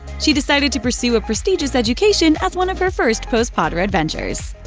she decided to pursue a prestigious education as one of her first post-potter adventures.